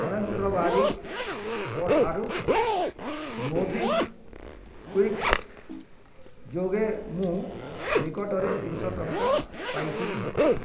ଫଣେନ୍ଦ୍ର ବାରିକ୍ଙ୍କ ଠାରୁ ମୋବିକ୍ଵିକ୍ ଯୋଗେ ମୁଁ ନିକଟରେ ତିନିଶହ ଟଙ୍କା ପାଇଛି କି